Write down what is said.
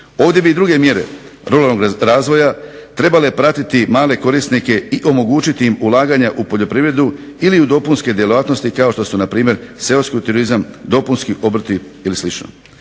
Ovdje bi i druge mjere ruralnog razvoja trebale pratiti male korisnike i omogućiti im ulaganja u poljoprivredu ili u dopunske djelatnosti kao što su npr. seoski turizam, dopunski obrti ili